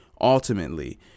ultimately